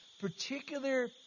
particular